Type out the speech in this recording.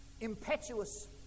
impetuous